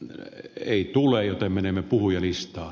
meillä ei tule jättäminen asiassa